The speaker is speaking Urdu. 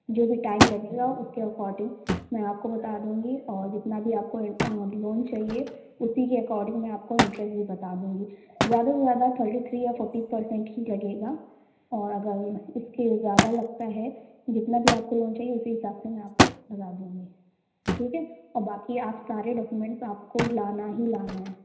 جو بھی ٹائم لگے گا اُس کے اکورڈنگ میں آپ کو بتا دوں گی اور جتنا بھی آپ کو ان لـون چاہیے اُسی کے اکورڈنگ میں آپ کو انٹریسٹ بھی بتا دوں گی زیادہ سے زیادہ تھرٹی تھری یا فورٹی پرسینٹ ہی لگے گا اور اگر اِس کے زیادہ لگتا ہے جتنا بھی آپ کو لون چاہیے اُسی حساب سے میں آپ کوبتا دوں گی ٹھیک ہے اور باقی آپ سارے ڈاکیومینٹس آپ کو لانا ہی لانا ہے